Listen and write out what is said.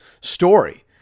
story